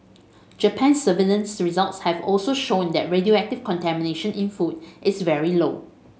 Japan's surveillance results have also shown that radioactive contamination in food is very low